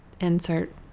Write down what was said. insert